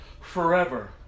forever